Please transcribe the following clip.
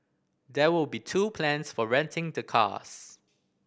there will be two plans for renting the cars